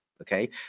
okay